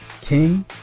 king